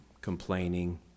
complaining